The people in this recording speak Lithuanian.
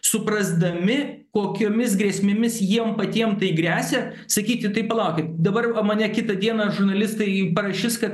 suprasdami kokiomis grėsmėmis jiem patiem tai gresia sakyti tai palaukit dabar va mane kitą dieną žurnalistai parašis kad